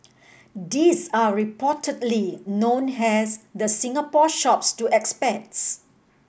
these are reportedly known as the Singapore Shops to expats